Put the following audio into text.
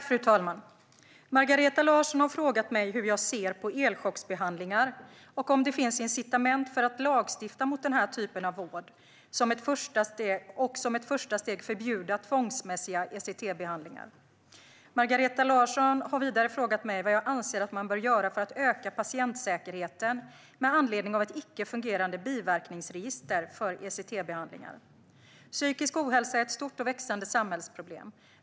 Fru talman! Margareta Larsson har frågat mig hur jag ser på elchocksbehandlingar och om det finns incitament för att lagstifta mot den här typen av vård och som ett första steg förbjuda tvångsmässiga ECT-behandlingar. Margareta Larsson har vidare frågat mig vad jag anser att man bör göra för att öka patientsäkerheten med anledning av ett icke-fungerande biverkningsregister för ECT-behandlingar. Psykisk ohälsa är ett stort och växande samhällsproblem.